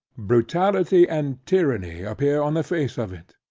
brutality and tyranny appear on the face of it.